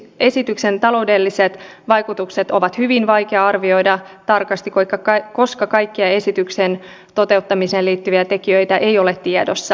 esityksen taloudellisia vaikutuksia on hyvin vaikea arvioida tarkasti koska kaikkia esityksen toteuttamiseen liittyviä tekijöitä ei ole tiedossa